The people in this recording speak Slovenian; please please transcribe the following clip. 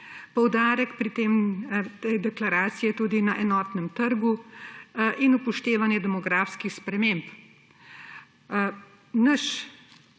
Poudarek pri tej deklaraciji je tudi na enotnem trgu in upoštevanju demografskih sprememb.